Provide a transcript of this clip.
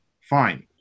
fine